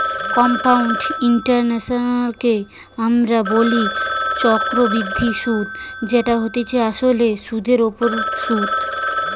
compound ইন্টারেস্টকে আমরা বলি চক্রবৃদ্ধি সুধ যেটা হচ্ছে আসলে সুধের ওপর সুধ